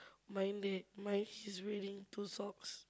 mine there mine he's wearing two socks